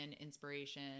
inspiration